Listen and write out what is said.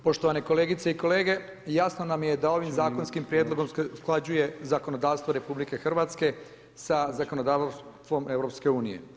Poštovane kolegice i kolege, jasno nam je da ovim zakonskim prijedlogom se usklađuje zakonodavstvo RH sa zakonodavstvom EU.